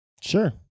Sure